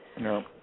No